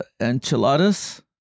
enchiladas